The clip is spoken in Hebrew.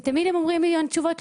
תמיד הם אומרים מיליון תשובות,